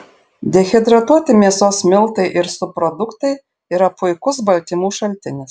dehidratuoti mėsos miltai ir subproduktai yra puikus baltymų šaltinis